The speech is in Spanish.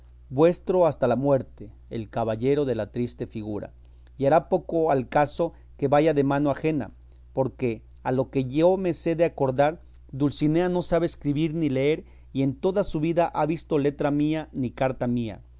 vuestro hasta la muerte el caballero de la triste figura y hará poco al caso que vaya de mano ajena porque a lo que yo me sé acordar dulcinea no sabe escribir ni leer y en toda su vida ha visto letra mía ni carta mía